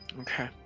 Okay